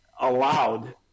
allowed